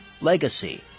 legacy